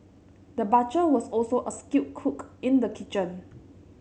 the butcher was also a skilled cook in the kitchen